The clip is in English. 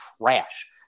trash